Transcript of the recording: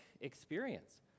experience